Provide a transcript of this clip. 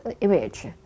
image